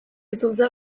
itzultzea